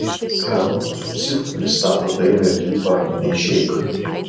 skamp su psichu pristato dainą ir klipą neišeik